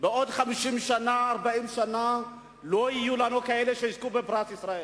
שבעוד 40 50 שנה לא יהיו לנו אנשים שיזכו בפרס ישראל.